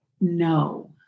no